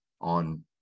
on